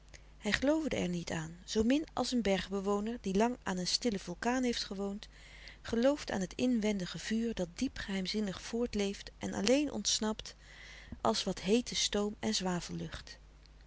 hij geloofde er niet aan zoomin als een bergbewoner die lang aan een stille vulkaan heeft gewoond gelooft aan het inwendige vuur dat diep geheimzinnig voortleeft en alleen ontsnapt louis couperus de stille kracht als wat heete stoom en